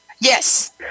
Yes